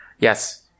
Yes